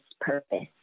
purpose